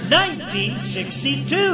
1962